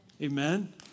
Amen